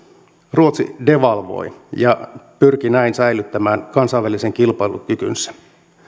ruotsi devalvoi ja pyrki näin säilyttämään kansainvälisen kilpailukykynsä